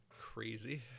crazy